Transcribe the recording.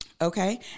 okay